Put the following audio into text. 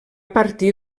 partir